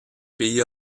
pays